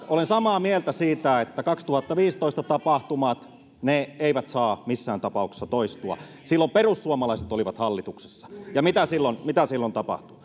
olen samaa mieltä siitä että vuoden kaksituhattaviisitoista tapahtumat eivät saa missään tapauksessa toistua silloin perussuomalaiset olivat hallituksessa ja mitä silloin mitä silloin tapahtui